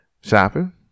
shopping